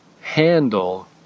handle